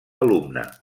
alumna